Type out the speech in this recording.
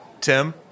Tim